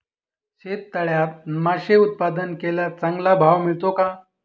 शेततळ्यात मासे उत्पादन केल्यास चांगला भाव मिळतो का?